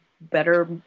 better